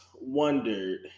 wondered